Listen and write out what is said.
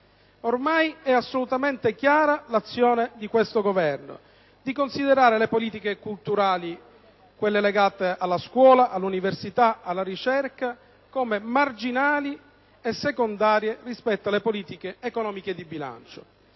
Ormai è assolutamente chiara l'azione di questo Governo di considerare le politiche culturali, quelle legate alla scuola, all'università e alla ricerca, come marginali e secondarie rispetto alle politiche economiche e di bilancio.